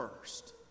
first